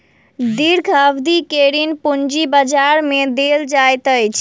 दीर्घ अवधि के ऋण पूंजी बजार में देल जाइत अछि